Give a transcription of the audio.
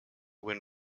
win